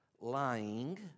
lying